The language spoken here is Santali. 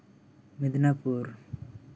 ᱢᱮᱫᱽᱱᱟᱯᱩᱨ